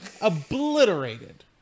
Obliterated